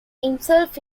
himself